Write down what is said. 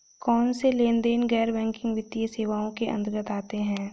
कौनसे लेनदेन गैर बैंकिंग वित्तीय सेवाओं के अंतर्गत आते हैं?